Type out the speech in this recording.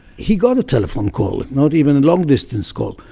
he got a telephone call, not even a long distance call,